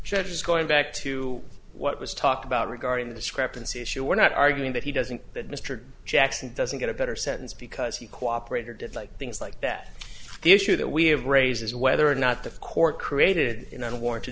judges going back to what was talked about regarding the discrepancy issue we're not arguing that he doesn't that mr jackson doesn't get a better sentence because he cooperated like things like that the issue that we have raises whether or not the court created in unwarranted